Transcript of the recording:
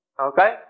Okay